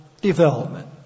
development